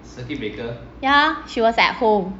ya she was at home